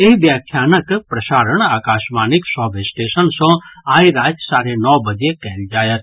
एहि व्याख्यानक प्रसारण आकाशवाणीक सभ स्टेशन सँ आइ राति साढ़े नओ बजे कयल जायत